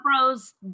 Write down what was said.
bros